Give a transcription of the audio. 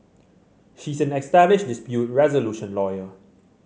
she is an established dispute resolution lawyer